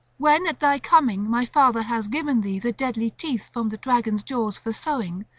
when at thy coming my father has given thee the deadly teeth from the dragon's jaws for sowing,